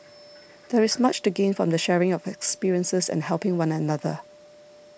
there is much to gain from the sharing of experiences and helping one another